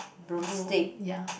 broom yeah